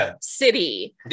city